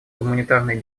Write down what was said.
гуманитарной